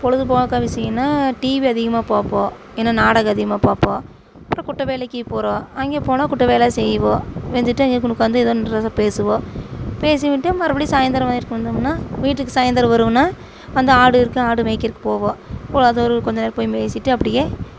பொழுதுப்போக்கா விஷயன்னா டிவி அதிகமாக பார்ப்போம் ஏன்னா நாடகம் அதிகமாக பார்ப்போம் அப்பறம் குட்டை வேலைக்கு போகிறோம் அங்கே போனால் குட்டை வேலை செய்வோம் செஞ்சுட்டு அங்கனகுன்னு உக்கார்ந்து எதோ ஒன்று ரெண்டு பேசுவோம் பேசிவிட்டு மறுபடி சாய்ந்தரம் வயலுக்கு வந்தோமுன்னா வீட்டுக்கு சாய்ந்தரம் வருவோம்ன்னா வந்து ஆடு இருக்குது ஆடு மேய்க்கறதுக்கு போவோம் அப்பறம் அது ஒரு கொஞ்சம் நேரம் போய் மேய்ச்சுட்டு அப்படியே